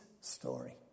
story